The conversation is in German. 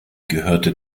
gehörte